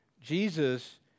Jesus